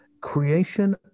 Creation